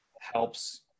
helps